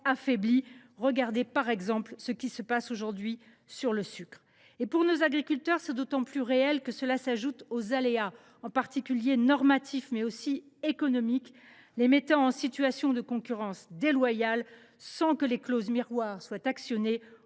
Regardez, par exemple, ce qui se passe aujourd’hui pour la filière du sucre. Pour nos agriculteurs, c’est d’autant plus réel que cela s’ajoute aux aléas, en particulier normatifs, mais aussi économiques, qui les placent en situation de concurrence déloyale, alors que les clauses miroirs ne sont pas actionnées